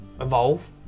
evolve